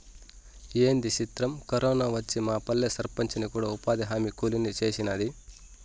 ఏంది సిత్రం, కరోనా వచ్చి మాపల్లె సర్పంచిని కూడా ఉపాధిహామీ కూలీని సేసినాది